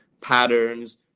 patterns